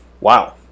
wow